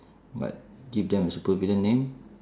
but give them a supervillain name